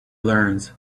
learns